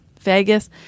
vegas